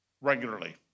regularly